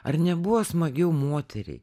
ar nebuvo smagiau moteriai